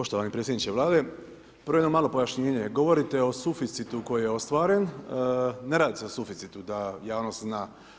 Poštovani predsjedniče Vlade, prvo jedno malo pojašnjenje govorite o suficitu koji je ostvaren, ne radi se o suficitu da javnost zna.